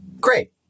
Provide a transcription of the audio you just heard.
great